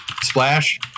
Splash